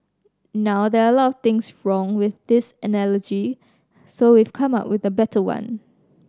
now there are a lot of things from with this analogy so we've come up with a better one